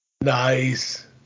Nice